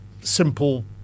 simple